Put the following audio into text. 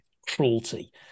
cruelty